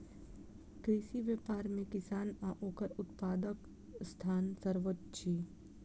कृषि व्यवसाय मे किसान आ ओकर उत्पादकक स्थान सर्वोच्य अछि